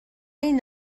این